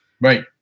Right